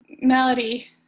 Melody